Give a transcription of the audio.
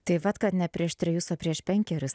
tai vat kad ne prieš trejus o prieš penkerius